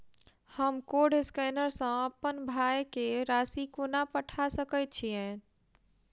हम code scanner सँ अप्पन भाय केँ राशि कोना पठा सकैत छियैन?